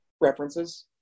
References